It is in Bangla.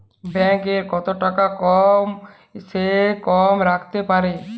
ব্যাঙ্ক এ কত টাকা কম সে কম রাখতে পারি?